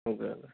हजुर